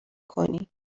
کنی